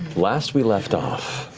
last we left off,